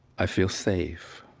i feel safe.